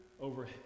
over